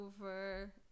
over